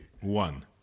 One